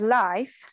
life